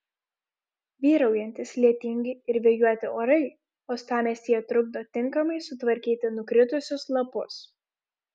vyraujantys lietingi ir vėjuoti orai uostamiestyje trukdo tinkamai sutvarkyti nukritusius lapus